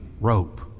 rope